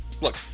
Look